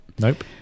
Nope